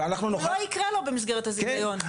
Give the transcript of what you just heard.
זה לא יקרה לו במסגרת הזיכיון.